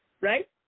right